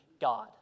God